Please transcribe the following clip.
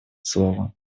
слова